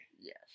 Yes